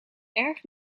erg